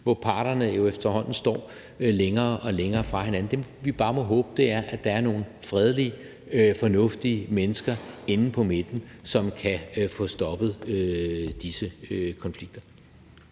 hvor parterne jo efterhånden står længere og længere fra hinanden. Det, vi bare må håbe, er, at der er nogle fredelige og fornuftige mennesker inde på midten, som kan få stoppet disse konflikter.